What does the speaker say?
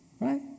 right